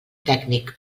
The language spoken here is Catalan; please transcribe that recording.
tècnic